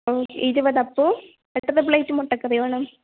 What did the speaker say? ഓ ഇരുപത് അപ്പവും എത്ര പ്ലേറ്റ് മുട്ടക്കറി വേണം